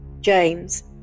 James